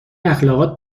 اخالقات